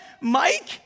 Mike